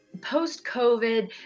post-COVID